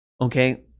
Okay